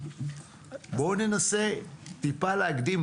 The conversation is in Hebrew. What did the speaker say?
בואו ננסה טיפה להקדים.